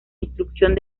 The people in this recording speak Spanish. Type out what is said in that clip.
instrucción